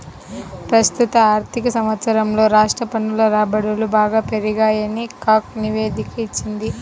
ప్రస్తుత ఆర్థిక సంవత్సరంలో రాష్ట్ర పన్నుల రాబడులు బాగా పెరిగాయని కాగ్ నివేదిక ఇచ్చింది